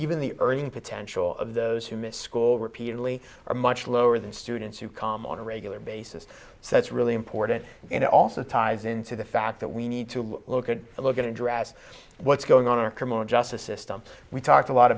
even the earning potential of those who missed school repeatedly or much lower than students who come on a regular basis so that's really important and it also ties into the fact that we need to look at a look at address what's going on our criminal justice system we talked a lot